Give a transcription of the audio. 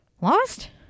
Lost